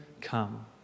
come